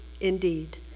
indeed